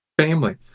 family